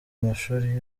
amashuri